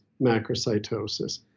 macrocytosis